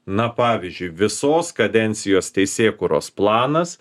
na pavyzdžiui visos kadencijos teisėkūros planas